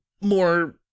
more